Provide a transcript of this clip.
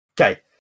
Okay